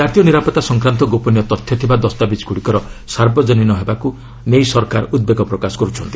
ଜାତୀୟ ନିରାପତ୍ତା ସଂକ୍ରାନ୍ତ ଗୋପନୀୟ ତଥ୍ୟ ଥିବା ଦସ୍ତାବିଜ୍ଗୁଡ଼ିକର ସାର୍ବଜନୀନ ହେବାକୁ ନେଇ ସରକାର ଉଦ୍ବେଗ ପ୍ରକାଶ କରିଛନ୍ତି